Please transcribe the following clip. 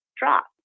drop